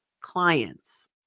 clients